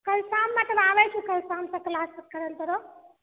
कल शाममे तब आबै छियौ कल शाममे क्लास सब करे लाऽ तोरो